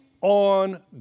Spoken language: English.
on